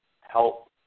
help